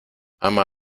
ama